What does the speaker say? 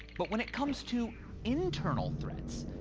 but when it comes to internal threats,